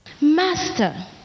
master